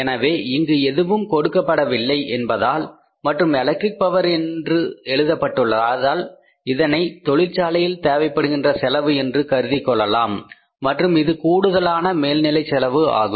எனவே இங்கு எதுவும் கொடுக்கப்படவில்லை என்பதனால் மற்றும் எலக்ட்ரிக் பவர் என்று எழுதப்பட்டுள்ளதால் இதனை தொழிற்சாலையில் தேவைப்படுகின்ற செலவு என்று கருதிக் கொள்ளலாம் மற்றும் இது கூடுதலான மேல்நிலை செலவு ஆகும்